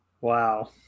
Wow